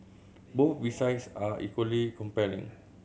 both besides are equally compelling